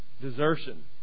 Desertion